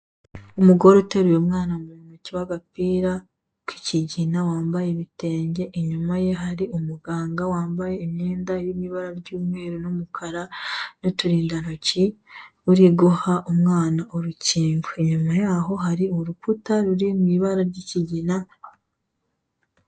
Umugore uteruye umwana mu ntoki w'agapira k'igina, wambaye ibitenge, inyuma ye hari umuganga wambaye imyenda iri mu ibara ry'umweru n'umukara, n'uturindantoki, uri guha umwana urukingo. Inyuma yaho hari urukuta ruri mu ibara ry'ikigina...